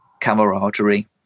camaraderie